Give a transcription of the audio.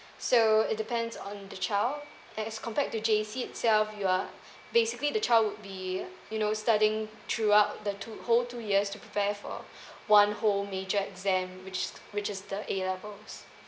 so it depends on the child as compared to J_C itself you are basically the child would be you know studying throughout the two whole two years to prepare for one whole major exam which which is the A levels